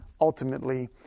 ultimately